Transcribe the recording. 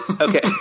okay